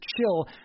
chill